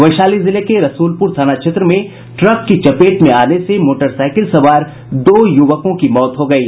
वैशाली जिले के रसूलपुर थाना क्षेत्र में ट्रक की चपेट में आने से मोटरसाईकिल सवार दो युवकों की मौत हो गयी